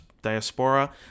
diaspora